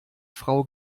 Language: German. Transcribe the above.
frau